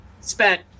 spent